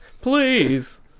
Please